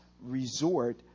resort